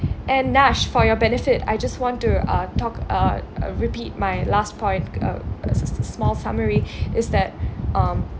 and nash for your benefit I just want to uh talk uh repeat my last point a s~ s~ small summary is that um